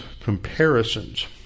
comparisons